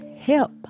help